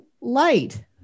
light